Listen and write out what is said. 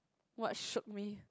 what shoot me